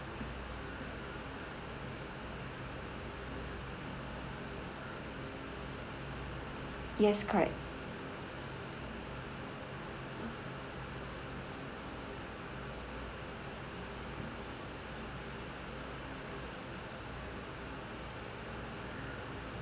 yes correct